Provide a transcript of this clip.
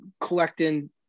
collecting